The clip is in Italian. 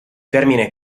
termine